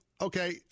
Okay